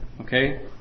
okay